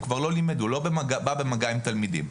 הוא לא בא במגע עם תלמידים.